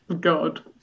God